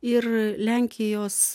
ir lenkijos